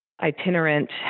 itinerant